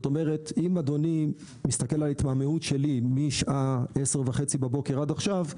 אם אדוני מסתכל על התמהמהות שלי משעה 10:30 בבוקר ועד עכשיו,